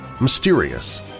mysterious